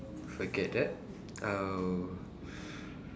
forget that I will